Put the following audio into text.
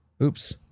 Oops